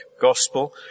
gospel